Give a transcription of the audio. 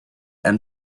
and